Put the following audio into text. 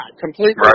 completely